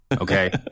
Okay